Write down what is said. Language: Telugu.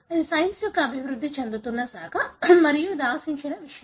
ఇది సైన్స్ యొక్క అభివృద్ధి చెందుతున్న శాఖ మరియు ఇది ఆశించిన విషయం